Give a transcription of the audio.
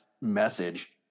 message